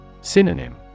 Synonym